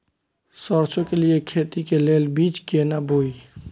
सरसों के लिए खेती के लेल बीज केना बोई?